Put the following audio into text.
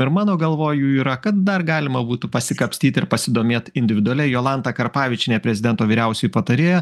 ir mano galvoj jų yra kad dar galima būtų pasikapstyt ir pasidomėt individualiai jolanta karpavičienė prezidento vyriausioji patarėja